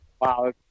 wow